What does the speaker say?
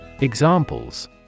examples